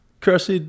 cursed